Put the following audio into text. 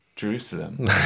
Jerusalem